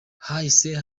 hahise